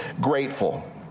grateful